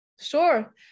Sure